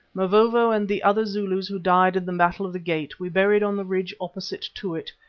mavovo and the other zulus who died in the battle of the gate, we buried on the ridge opposite to it,